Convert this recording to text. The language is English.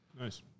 Nice